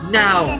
now